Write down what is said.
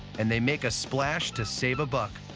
and they make a splash to save a buck.